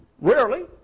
Rarely